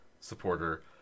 supporter